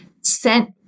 sent